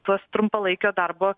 tuos trumpalaikio darbo